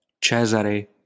Cesare